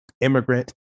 immigrant